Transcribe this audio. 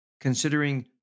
considering